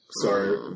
Sorry